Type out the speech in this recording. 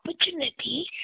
opportunity